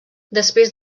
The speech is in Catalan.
després